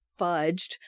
fudged